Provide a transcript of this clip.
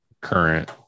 current